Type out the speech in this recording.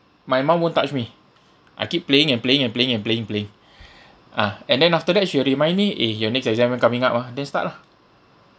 my mum won't touch me I keep playing and playing and playing and playing playing ah and then after that she will remind me eh your next exam uh coming up ah then start lah